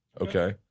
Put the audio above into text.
Okay